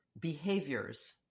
behaviors